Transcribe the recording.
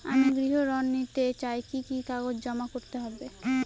আমি গৃহ ঋণ নিতে চাই কি কি কাগজ জমা করতে হবে?